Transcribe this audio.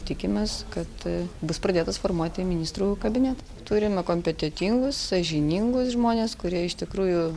tikimės kad bus pradėtas formuoti ministrų kabinetas turime kompetentingus sąžiningus žmones kurie iš tikrųjų